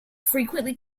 frequently